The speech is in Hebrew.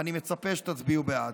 ואני מצפה שתצביעו בעד.